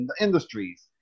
industries